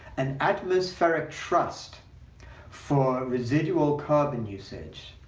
an atmospheric trust for residual carbon usage.